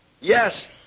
Yes